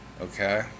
okay